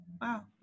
Wow